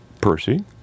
Percy